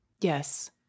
Yes